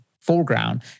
foreground